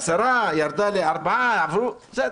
עשרה, ירדה לארבעה, עברו, בסדר.